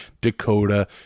Dakota